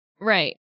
Right